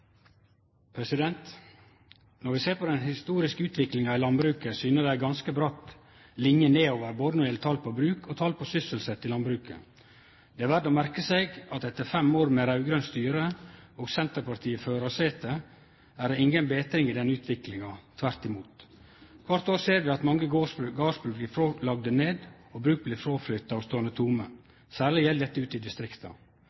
2. Når vi ser på den historiske utviklinga i landbruket, syner den ei ganske bratt linje nedover når det gjeld både tal på bruk og tal på sysselsette i landbruket. Det er verdt å merke seg at etter fem år med raud-grønt styre, og med Senterpartiet i førarsetet, er det inga betring i denne utviklinga – tvert imot. Kvart år ser vi at mange gardsbruk blir lagde ned, og bruk blir fråflytta og ståande